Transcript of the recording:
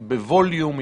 היא בווליום,